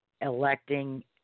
electing